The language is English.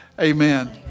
Amen